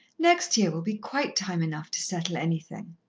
next year will be quite time enough to settle anything.